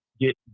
get